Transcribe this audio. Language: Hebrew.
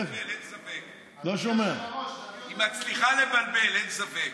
אדוני היושב-ראש, היא מצליחה לבלבל, אין ספק.